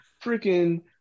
freaking